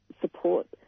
support